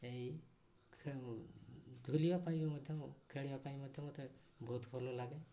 ଏଇ ଝୁଲିବା ପାଇଁ ବି ମଧ୍ୟ ଖେଳିବା ପାଇଁ ମଧ୍ୟ ମୋତେ ବହୁତ ଭଲ ଲାଗେ